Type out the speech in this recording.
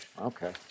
Okay